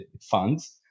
funds